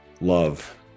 love